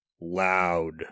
loud